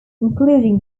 including